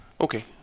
Okay